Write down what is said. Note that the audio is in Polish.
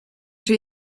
czy